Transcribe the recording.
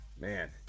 Man